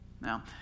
Now